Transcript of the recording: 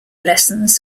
lessons